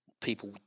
people